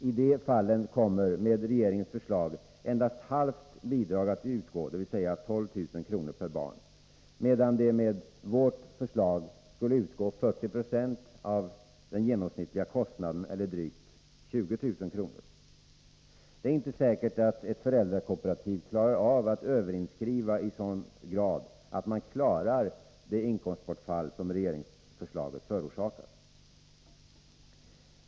I de fallen kommer, med regeringens förslag, endast halvt bidrag att utgå, dvs. 12 000 kr. per barn, medan det enligt vårt förslag skulle utgå 40 90 av den genomsnittliga kostnaden, eller drygt 20 000 kr. Det är inte säkert att ett föräldrakooperativ klarar av att överinskriva i sådan grad att man klarar det inkomstbortfall som regeringsförslaget förorsakar.